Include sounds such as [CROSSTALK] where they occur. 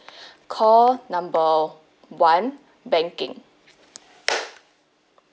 [BREATH] call number one banking